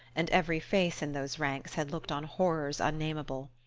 and every face in those ranks had looked on horrors unnameable.